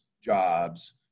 jobs